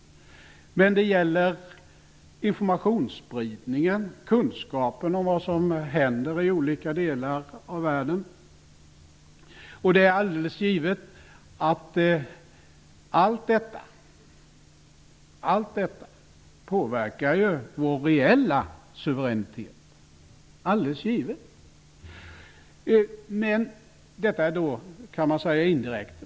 Det gäller informationsspridning, kunskapen om vad som händer i olika delar av världen. Det är alldeles givet att allt detta påverkar vår reella suveränitet. Detta är, kan man säga indirekt.